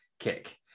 Kick